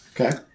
Okay